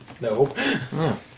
no